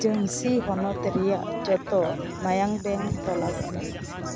ᱡᱷᱟᱸᱥᱤ ᱦᱚᱱᱚᱛ ᱨᱮᱭᱟᱜ ᱡᱚᱛᱚ ᱢᱟᱭᱟᱝ ᱵᱮᱝᱠ ᱛᱚᱞᱟᱥᱢᱮ